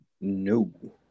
No